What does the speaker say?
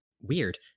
weird